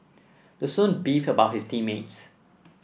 the student beefed about his team mates